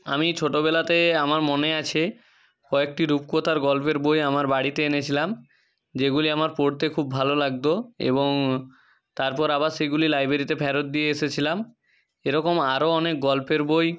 আমি ছোটোবেলাতে আমার মনে আছে কয়েকটি রূপকতার গল্পের বই আমার বাড়িতে এনেছিলাম যেগুলি আমার পড়তে খুব ভালো লাগতো এবং তারপর আবার সেগুলি লাইব্ৰেরিতে ফেরত দিয়ে এসেছিলাম এরকম আরও অনেক গল্পের বই